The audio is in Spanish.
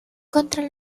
contra